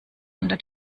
unter